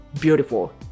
beautiful